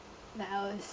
that I was